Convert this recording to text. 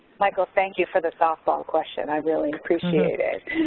michael, thank you for the softball question. i really appreciate it.